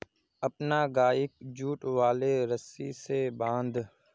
अपनार गइक जुट वाले रस्सी स बांध